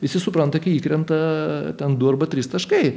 visi supranta kai įkrenta ten du arba trys taškai